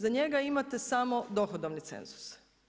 Za njega imate samo dohodovni cenzus.